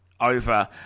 over